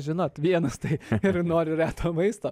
žinot vienas tai ir noriu reto maisto